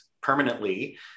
permanently